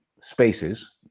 spaces